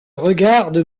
regarde